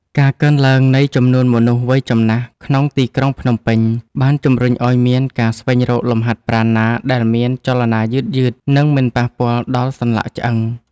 ការកើនឡើងនៃចំនួនមនុស្សវ័យចំណាស់ក្នុងទីក្រុងភ្នំពេញ បានជំរុញឱ្យមានការស្វែងរកលំហាត់ប្រាណណាដែលមានចលនាយឺតៗ និងមិនប៉ះពាល់ដល់សន្លាក់ឆ្អឹង។